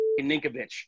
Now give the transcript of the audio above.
Ninkovich